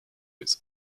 its